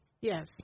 Yes